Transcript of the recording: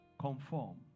conform